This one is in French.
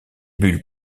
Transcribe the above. bulles